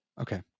Okay